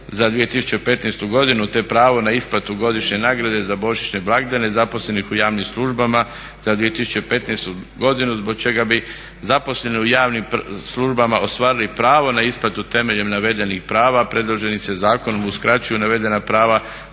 za 2015. godinu te pravo na isplatu godišnje nagrade za božićne blagdane zaposlenih u javnim službama za 2015. godinu zbog čega bi zaposleni u javnim službama ostvarili pravo na isplatu temeljem navedenih prava predloženim se zakonom uskraćuju navedena prava